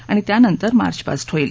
आणि त्यानंतर मार्चपास होईल